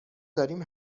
داریم